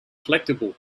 collectible